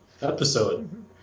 episode